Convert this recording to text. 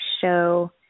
show